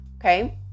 okay